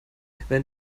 während